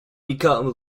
become